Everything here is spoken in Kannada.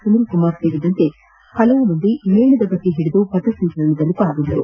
ಸುನೀಲ್ ಕುಮಾರ್ ಸೇರಿದಂತೆ ಅನೇಕ ಮಂದಿ ಮೇಣದ ಬತ್ತಿ ಓಡಿದು ಪಥಸಂಚಲನದಲ್ಲಿ ಪಾಲ್ಗೊಂಡಿದ್ದರು